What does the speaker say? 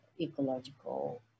ecological